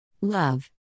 Love